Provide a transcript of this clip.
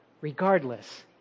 regardless